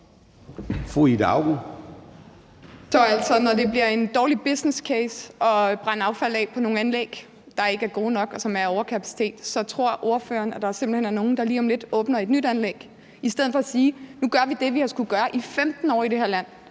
når det bliver en dårlig businesscase at brænde affald af på nogle anlæg, der ikke er gode nok, og som der er overkapacitet på, tror ordføreren at der simpelt hen er nogen, der lige om lidt åbner et nyt anlæg i stedet for at sige, at nu gør vi det, vi har skullet gøre i 15 år i det her land: